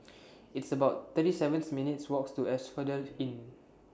It's about thirty seven minutes' Walk to Asphodel Inn